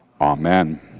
Amen